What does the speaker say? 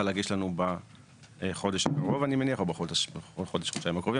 להגיש לנו בחודש הקרוב אני מניח או בחודש-חודשיים הקרובים,